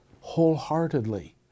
wholeheartedly